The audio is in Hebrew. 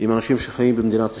עם אנשים שחיים במדינת ישראל,